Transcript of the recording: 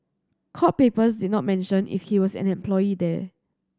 court papers did not mention if he was an employee there